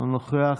לא נוכח,